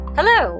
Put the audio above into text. Hello